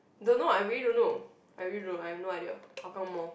don't know I really don't know I really no I have no idea how come more